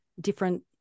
different